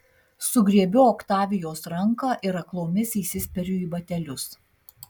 sugriebiu oktavijos ranką ir aklomis įsispiriu į batelius